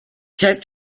choose